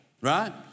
right